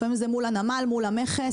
לפעמים זה מול הנמל, מול המכס.